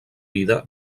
vida